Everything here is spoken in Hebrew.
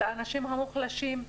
לאנשים המוחלשים,